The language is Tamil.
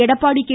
எடப்பாடி கே